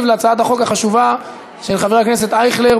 על הצעת החוק החשובה של חבר הכנסת אייכלר,